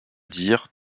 dire